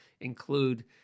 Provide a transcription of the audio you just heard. include